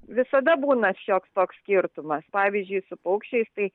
visada būna šioks toks skirtumas pavyzdžiui su paukščiais tai